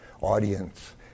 audience